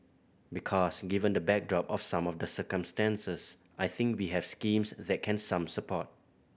because given the backdrop of some of the circumstances I think we have schemes that can some support